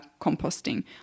composting